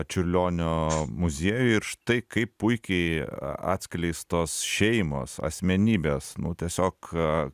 čiurlionio muziejuj ir štai kaip puikiai atskleistos šeimos asmenybės nu tiesiog